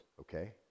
okay